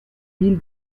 mille